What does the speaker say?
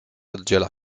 oddziela